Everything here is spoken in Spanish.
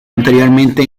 anteriormente